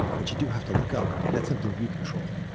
but you do have to look up and that's something you control.